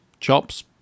chops